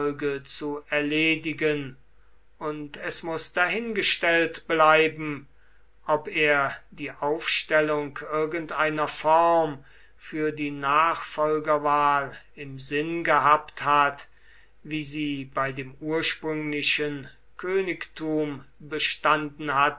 zu erledigen und es muß dahingestellt bleiben ob er die aufstellung irgendeiner form für die nachfolgerwahl im sinn gehabt hat wie sie bei dem ursprünglichen königtum bestanden hatte